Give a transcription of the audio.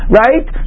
right